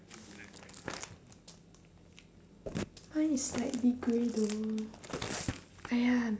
mine is like a bit grey though !aiya!